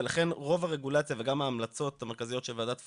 ולכן רוב הרגולציה וגם ההמלצות המרכזיות של ועדת פולקמן,